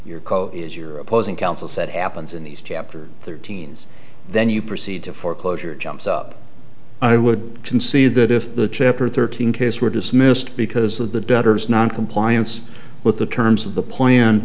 your co is your opposing counsel said happens in these chapters thirteen's then you proceed to foreclosure jumps up i would concede that if the chapter thirteen case were dismissed because of the debtors noncompliance with the terms of the plan